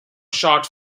shot